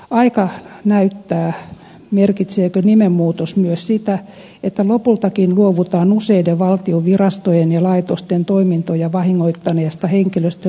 aika näyttää merkitseekö nimenmuutos myös sitä että lopultakin luovutaan useiden valtion virastojen ja laitosten toimintoja vahingoittaneesta henkilöstön leikkausohjelmasta